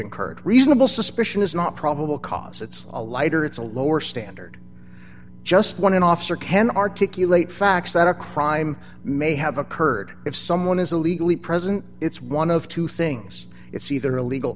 incurred reasonable suspicion is not probable cause it's a lighter it's a lower standard just one an officer can articulate facts that a crime may have occurred if someone is illegally present it's one of two things it's either illegal